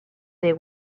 they